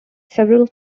several